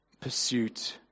pursuit